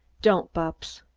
don't, bupps!